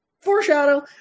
Foreshadow